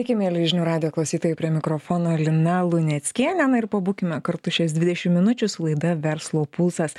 sveiki mieli žinių radijo klausytojai prie mikrofono lina luneckienė na ir pabūkime kartu šias dvidešimt minučių su laida verslo pulsas